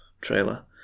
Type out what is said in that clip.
trailer